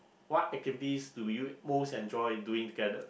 what activities do you most enjoy doing together